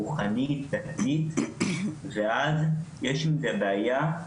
רוחנית, דתית, ואז יש עם זה בעיה,